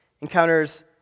encounters